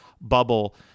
bubble